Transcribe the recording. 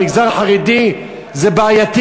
במגזר החרדי זה בעייתי,